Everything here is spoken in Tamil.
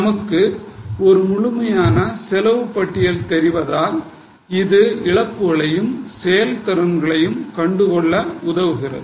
நமக்கு ஒரு முழுமையான செலவு பட்டியல் தெரிவதால் இது இழப்புகளையும் செயல் திறன்களையும் கண்டுகொள்ள உதவுகிறது